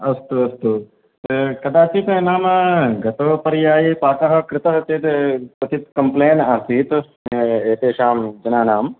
अस्तु अस्तु कदाचित् नाम गतपर्याये पाकः कृतः चेत् क्वचित् कम्प्लेन् आसीत् एतेषां जनानां